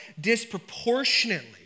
disproportionately